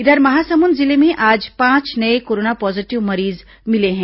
इधर महासमुंद जिले में आज पांच नये कोरोना पॉजीटिव मरीज मिले हैं